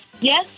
yes